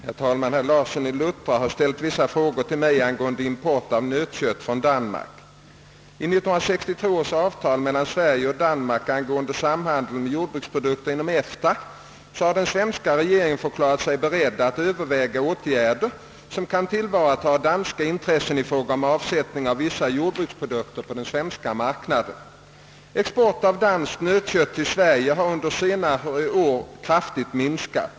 Herr talman! Herr Larsson i Luttra har ställt vissa frågor till mig angående import av nötkött från Danmark. I 1963 års avtal mellan Sverige och Danmark angående samhandeln med jordbruksprodukter inom EFTA har den svenska regeringen förklarat sig beredd att överväga åtgärder som kan tillvarata danska intressen i fråga om avsättningen av vissa jordbruksproduk ter på den svenska marknaden. Exporten av danskt nötkött till Sverige har under senare år kraftigt minskat.